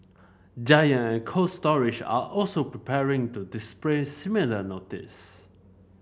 Giant and Cold Storage are also preparing to display similar notices